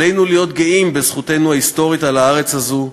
עלינו להיות גאים בזכותנו ההיסטורית על הארץ הזאת,